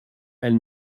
elle